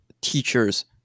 teachers